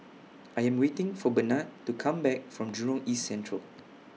I Am waiting For Benard to Come Back from Jurong East Central